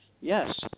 yes